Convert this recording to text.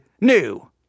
new